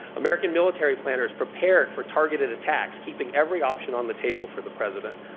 american military planners prepared for targeted attacks, keeping every option on the table for the president.